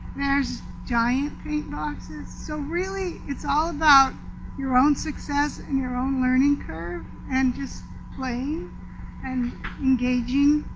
there's giant paint boxes. so really, it's all about your own success and your own learning curve and just playing and engaging.